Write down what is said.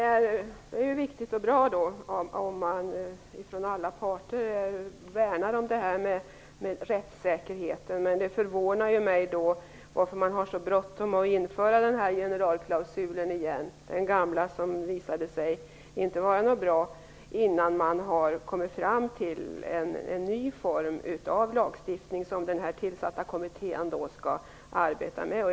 Fru talman! Det är bra om man från alla parter värnar om rättssäkerheten. Det förvånar mig dock att man har så bråttom att införa denna generalklausul igen, som ju visade sig inte vara bra, innan man har kommit fram till en ny form av lagstiftning som den tillsatta kommittén skall arbeta med.